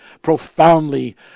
profoundly